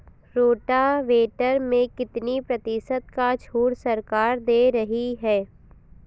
Rotavator में कितनी प्रतिशत का छूट सरकार दे रही है?